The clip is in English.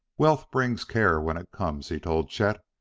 wealth brings care when it comes, he told chet,